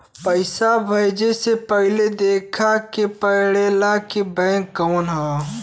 पइसा भेजे से पहिले देखे के पड़ेला कि बैंक कउन ह